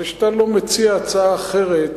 אבל כשאתה לא מציע הצעה אחרת,